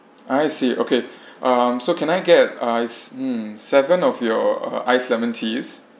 I see okay um so can I get ice hmm seven of your uh iced lemon teas